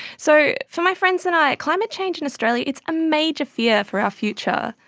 so for my friends and i, climate change in australia, it's a major fear for our future.